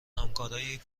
همکاریهایی